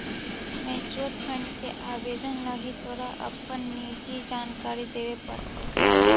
mutual fund के आवेदन लागी तोरा अपन निजी जानकारी देबे पड़तो